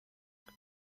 dann